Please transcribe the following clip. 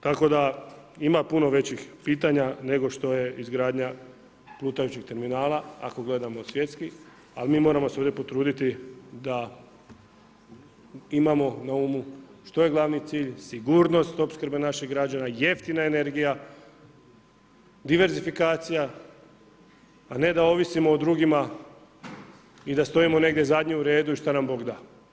Tako da ima puno većih pitanja, nego što je izgradnja plutajućih terminala, ako gledamo od svjetskih, ali mi moramo se ovdje potruditi, da imamo na umu što je glavni cilj, sigurnost opskrbe naših građana, jeftina energija, dizerfikacija, a ne da ovisimo o drugima i da stojimo negdje zadnjih u redu i šta nam Bog da.